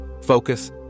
focus